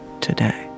today